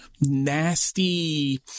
nasty